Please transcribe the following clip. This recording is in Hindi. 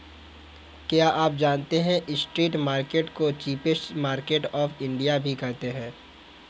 क्या आप जानते है स्ट्रीट मार्केट्स को चीपेस्ट मार्केट्स ऑफ इंडिया भी कहते है?